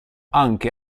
anche